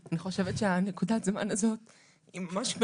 בבקשה.